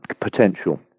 potential